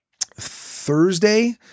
Thursday